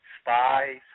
Spies